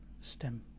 stem